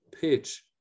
pitch